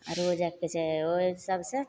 आरो जाइके ओइ सबसँ